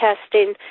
testing